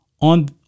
On